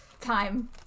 Time